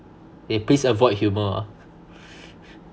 eh please avoid humour ah